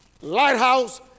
Lighthouse